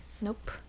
nope